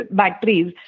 batteries